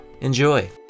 enjoy